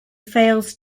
fails